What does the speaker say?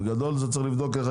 בגדול צריך לבדוק,